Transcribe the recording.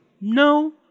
No